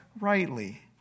rightly